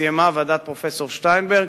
ועדת פרופסור שטיינברג,